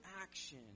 action